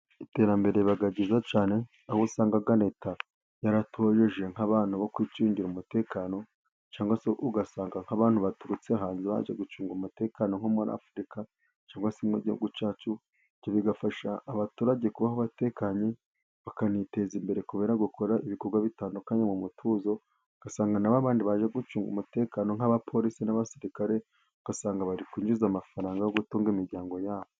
Iterambere riba ryiza cyane, aho usanga Leta yaratoje nk'abantu bo kwicungira umutekano, cyangwa se ugasanga nk'abantu baturutse hanze baje gucunga umutekano, nko muri Afurika cyangwa se mu gihugu cyacu, ibyo bigafasha abaturage kubaho batekanye, bakaniteza imbere kubera gukora ibikorwa bitandukanye mu mutuzo, ugasanga na ba bandi baje gucunga umutekano nk'abapolisi n'abasirikare, ugasanga bari kwinjiza amafaranga yo gutunga imiryango yabo.